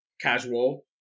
casual